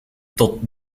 tot